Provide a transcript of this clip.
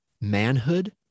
manhood